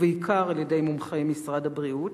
ובעיקר על-ידי מומחי משרד הבריאות,